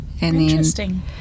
Interesting